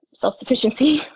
self-sufficiency